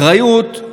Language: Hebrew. אחריות,